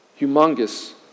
humongous